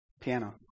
piano